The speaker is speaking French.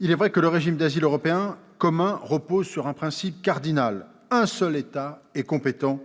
Il est vrai que le régime d'asile européen commun repose sur un principe cardinal : un seul État est compétent